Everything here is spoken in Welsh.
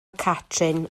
catrin